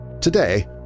Today